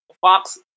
Fox